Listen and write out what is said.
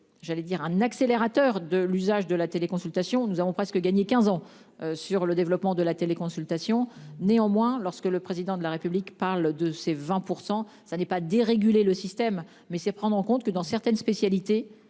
J'allais dire un accélérateur de l'usage de la téléconsultation. Nous avons presque gagné 15 ans sur le développement de la téléconsultation néanmoins lorsque le président de la République parle de ces 20%, ça n'est pas déréguler le système mais c'est prendre en compte que dans certaines spécialités,